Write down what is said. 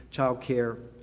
childcare,